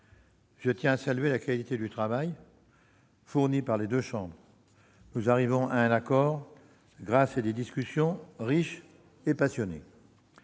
Je tiens à saluer la qualité du travail fourni par les deux assemblées. Nous arrivons à un accord grâce à des discussions riches et passionnées.